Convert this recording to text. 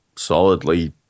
solidly